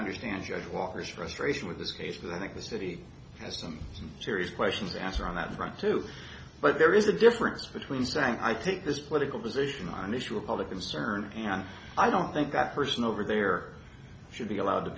understand judge walker's frustration with his case but i think the city has some serious questions to answer on that front too but there is a difference between saying i take this political position on an issue of public concern and i don't think that person over there should be allowed to